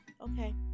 okay